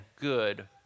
good